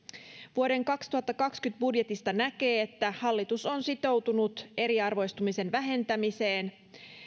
vuoden kaksituhattakaksikymmentä budjetista näkee että hallitus on sitoutunut eriarvoistumisen vähentämiseen